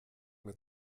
mehr